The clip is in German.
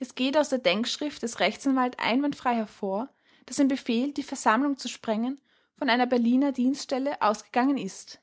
es geht aus der denkschrift des rechtsanwalts einwandfrei hervor daß ein befehl die versammlung zu sprengen von einer berliner dienststelle ausgegangen ist